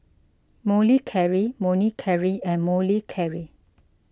Molicare Molicare and Molicare